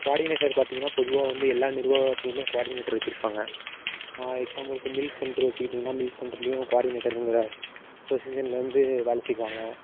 coordinator பார்த்திங்கனா பொதுவாக வந்து எல்லா நிர்வாகத்திலியுமே குவார்டினேட்டர் வச்சுருப்பாங்க எக்ஸாம்பிளுக்கு மில்க் சென்ட்ரு வச்சுக்கிட்டிங்கனா மில்க் சென்ட்ருலேயும் குவாடினேட்டருங்கற பொசிஷனில் வந்து வேலை செய்வாங்க